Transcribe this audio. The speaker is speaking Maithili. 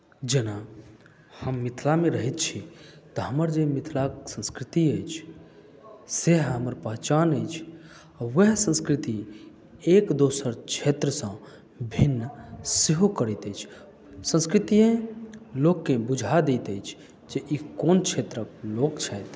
जेना हम मिथिलामे रहैत छी तऽ हमर जे मिथिलाक संस्कृति अछि से हमर पहचान अछि आ उएह संस्कृति एक दोसर क्षेत्रसँ भिन्न सेहो करैत अछि संस्कृति लोककेँ बुझा दैत अछि जे ई कोन क्षेत्रक लोक छथि